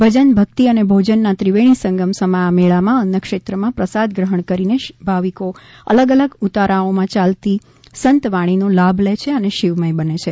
ભજન ભક્તિ અને ભોજનના ત્રિવેણી સંગમ સમા આ મેળામાં અન્નક્ષેત્રમાં પ્રસાદ ગ્રહણ કરીને ભાવિકો અલગ અલગ ઉતારાઓમાં યાલતી સંતવાણી નો લાભ લે છે અને શિવમય બને છે